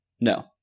No